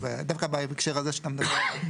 דווקא בהקשר הזה שאתה מדבר עליו.